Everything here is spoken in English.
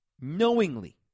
knowingly